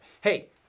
Hey